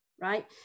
Right